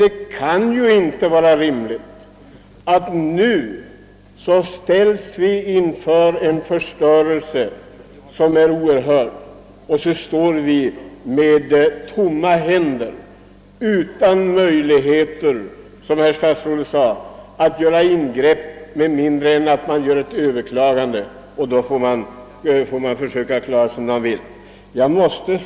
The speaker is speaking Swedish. Det kan inte vara rimligt att vi nu skall ställas inför en förstörelse som är oerhörd samtidigt som vi står med tomma händer utan möjligheter — såsom herr statsrådet sade — att göra ingrepp med mindre än att det sker ett överklagande; man får i övrigt försöka klara sig bäst det går.